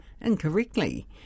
incorrectly